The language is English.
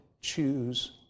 choose